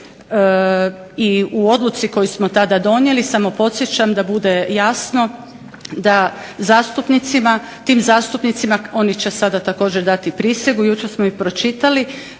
i u Odluci koju smo tada donijeli samo podsjećam da bude jasno zastupnici, oni će također sada dati prisegu, jučer smo ih pročitali,